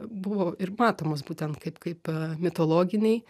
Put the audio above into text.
buvo ir matomos būtent kaip kaip mitologiniai